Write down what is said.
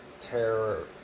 terror